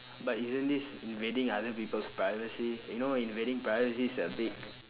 but isn't this invading other people's privacy you know invading privacy is a big